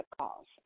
calls